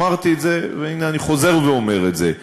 אמרתי את זה, והנה, אני חוזר ואומר את זה.